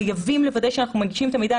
חייבים לוודא שאנחנו מנגישים את המידע.